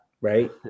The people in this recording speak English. right